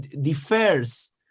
differs